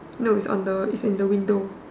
no is on the is in the window